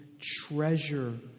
treasure